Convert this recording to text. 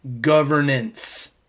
governance